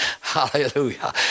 Hallelujah